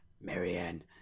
Marianne